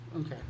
Okay